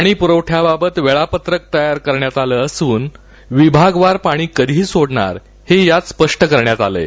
पाणी पुरवठा वेळापत्रक तयार करण्यात आलं असून विभागवार पाणी कधी सोडणारा हे यात स्पस करण्यात आलं आहे